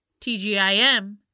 TGIM